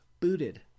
booted